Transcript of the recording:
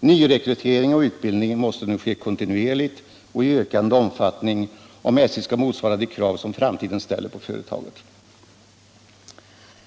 Nyrekrytering och utbildning måste nu ske kontinuerligt och i ökande omfattning, om SJ skall motsvara de krav som framtiden ställer på företaget.